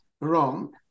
wrong